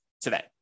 today